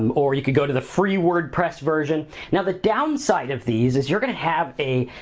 um or you could go to the free wordpress version. now, the downside of these is you're gonna have a,